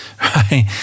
right